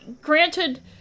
granted